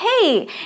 hey